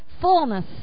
fullness